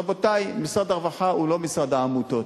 רבותי, משרד הרווחה הוא לא משרד העמותות,